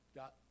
got